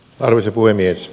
arvoisa puhemies